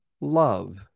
love